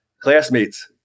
classmates